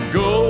go